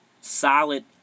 solid